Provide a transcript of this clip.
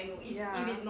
ya